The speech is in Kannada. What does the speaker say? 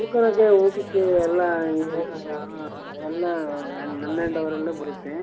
ಉಳ್ಕಳಕ್ಕೆ ಊಟಕ್ಕೆ ಎಲ್ಲ ಈ ಎಲ್ಲ ನನ್ನ ಆ್ಯಂಡ್ಓವರಲ್ಲೇ ಬರುತ್ತೆ